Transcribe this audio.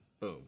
boom